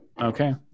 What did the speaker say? Okay